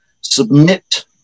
submit